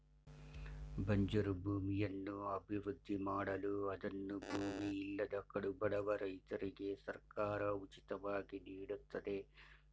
ಬಂಜರು ಭೂಮಿಯನ್ನು ಅಭಿವೃದ್ಧಿ ಮಾಡಲು ಅದನ್ನು ಭೂಮಿ ಇಲ್ಲದ ಕಡುಬಡವ ರೈತರಿಗೆ ಸರ್ಕಾರ ಉಚಿತವಾಗಿ ನೀಡುತ್ತದೆ